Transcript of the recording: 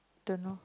don't know